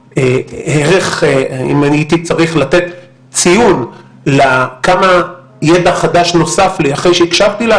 שאם הייתי צריך לתת ציון כמה ידע חדש נוסף לי אחרי שהקשבתי לה,